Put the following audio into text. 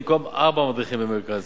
במקום ארבעה מדריכים במרכז,